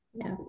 Yes